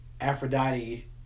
Aphrodite